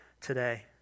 today